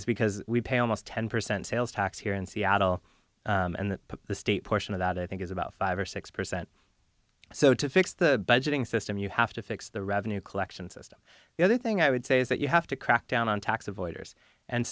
is because we pay almost ten percent sales tax here in seattle and the state portion of that i think is about five or six percent so to fix the budgeting system you have to fix the revenue collection system the other thing i would say is that you have to crack down on tax avoiders and